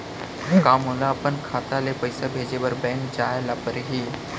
का मोला अपन खाता ले पइसा भेजे बर बैंक जाय ल परही?